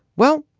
well,